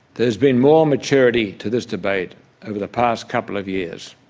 there has been more maturity to this debate over the past couple of years,